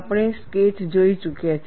આપણે સ્કેચ જોઈ ચૂક્યા છીએ